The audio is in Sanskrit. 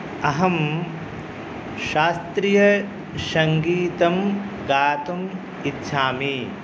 अहं शास्त्रीयसङ्गीतं गातुं इच्छामि